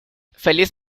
feliz